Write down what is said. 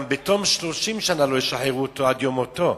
גם בתום 30 לא ישחררו אותו, עד יום מותו.